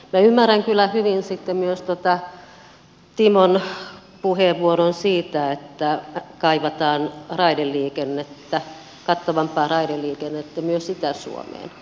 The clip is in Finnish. minä ymmärrän kyllä hyvin sitten myös timon puheenvuoron siitä että kaivataan kattavampaa raideliikennettä myös itä suomeen